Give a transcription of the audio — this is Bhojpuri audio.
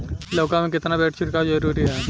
लउका में केतना बेर छिड़काव जरूरी ह?